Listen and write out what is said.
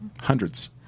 hundreds